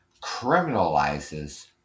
criminalizes